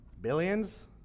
Billions